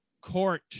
court